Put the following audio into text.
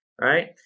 Right